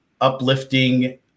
uplifting